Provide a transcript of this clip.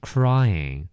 Crying